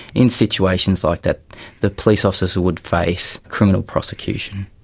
in situations like that the police officer would face criminal prosecution.